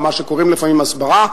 או מה שקוראים לפעמים הסברה,